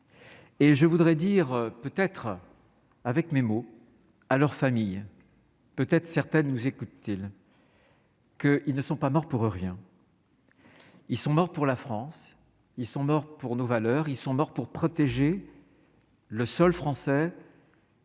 Et je voudrais dire, peut-être avec mes mots à leur famille, peut-être certaines nous écoute-t-il. Que, ils ne sont pas morts pour rien, ils sont morts pour la France, ils sont morts pour nos valeurs, ils sont morts pour protéger le sol français.